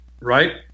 right